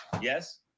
yes